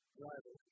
driver